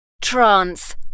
Trance